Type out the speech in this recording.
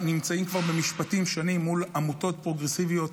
נמצאים במשפטים כבר שנים מול עמותות פרוגרסיביות